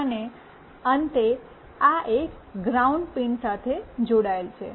અને અંતે આ એક ગ્રાઉન્ડ પિન સાથે જોડાયેલ છે